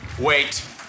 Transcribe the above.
Wait